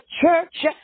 church